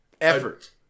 Effort